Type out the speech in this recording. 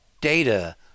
data